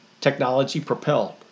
technology-propelled